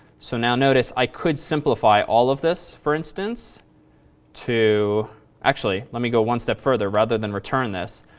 so now notice, i could simplify all of this for instance to actually let me go one step further rather than return this.